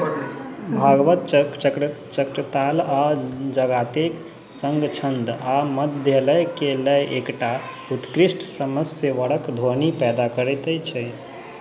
भागवतक चक्रताल आ जगातेक सङ्ग छन्द आ मध्यलयके लए एकटा उत्कृष्ट समस्वरक ध्वनि पैदा करैत छै